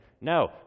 No